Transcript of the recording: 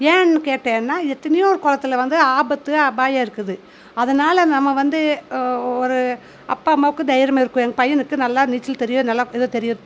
ஏன்னு கேட்டேன்னா எத்தனையோ குளத்துல வந்து ஆபத்து அபாயம் இருக்குது அதனால் நம்ம வந்து ஒரு அப்பா அம்மாவுக்கு தைரியமாக இருக்கும் எங்கள் பையனுக்கு நல்லா நீச்சல் தெரியும் நல்லா இது தெரியும்